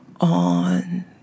on